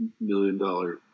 million-dollar